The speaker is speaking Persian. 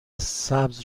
سبز